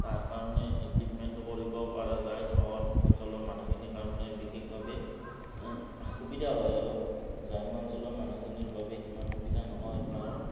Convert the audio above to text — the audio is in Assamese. তাৰ কাৰণে ট্ৰিটমেণ্টটো কৰিব পৰাাৰ যায় চহৰ অঞ্চলৰ মানুহখিনিৰ কাৰণে বিশেষভাৱে সুবিধা হয় আৰু গ্ৰাম্য অঞ্চলৰ মানুহখিনিৰ বাবে সিমান সুবিধা নহয় কাৰণ